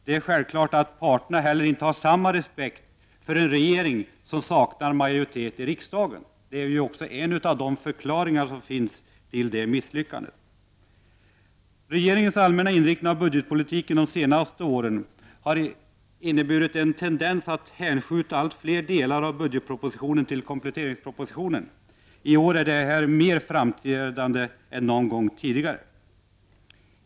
Det är självklart att parterna inte heller har samma respekt för en regering som saknar majoritet i riksdagen. Det är ju också en av förklaringarna till misslyckandet. Regeringens allmänna inriktning av budgetpolitiken de senaste åren har inneburit en tendens att hänskjuta allt fler delar av budgetpropositionen till kompletteringspropositionen. I år är detta mer framträdande än någon gång tidigare.